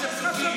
ואתם שותקים,